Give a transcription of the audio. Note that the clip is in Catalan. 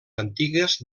antigues